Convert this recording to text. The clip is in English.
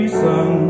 sun